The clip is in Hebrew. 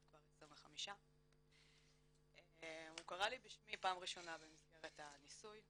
כבר 25. הוא קרא לי בשמי פעם ראשונה במסגרת הניסוי,